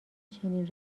چنین